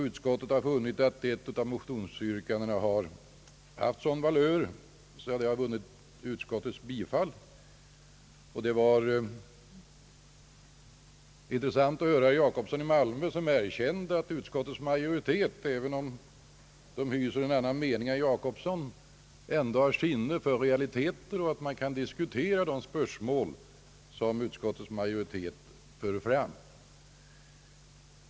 Utskottet har också funnit att ett av motionsyrkandena har varit av sådan valör att det vunnit utskottets bifall. Det var intressant att höra att herr Jacobsson i Malmö erkände att utskottets majoritet — även om man där hyser andra åsikter än herr Jacobsson — ändå har sinne för realiteter och att det går att diskutera de spörsmål som utskottets majoritet framför.